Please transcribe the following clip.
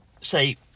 say